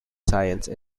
science